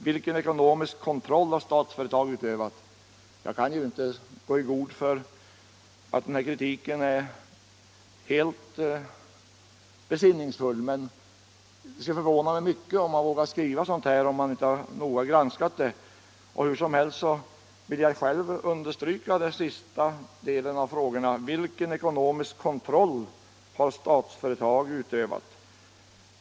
Vilken ekonomisk kontroll har Statsföretag utövat?” Jag kan inte gå i god för att den här kritiken är helt besinningsfull, men det skulle förvåna mig mycket om man vågar skriva sådant här om man inte noga har granskat det. Jag vill för egen del understryka frågan i slutet av artikeln: Vilken ekonomisk kontroll har Statsföretag utövat?